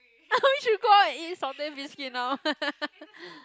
we should go out and eat salted fish skin now